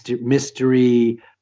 mystery